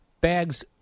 bags –